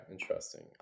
interesting